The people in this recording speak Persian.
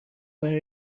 برای